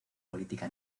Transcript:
política